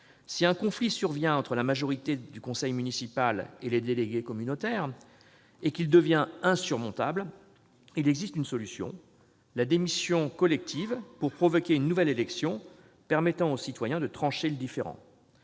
Si un conflit survient entre la majorité du conseil municipal et les délégués communautaires et qu'il devient insurmontable, il existe une solution : la démission collective pour provoquer une nouvelle élection permettant au citoyen de trancher le différend.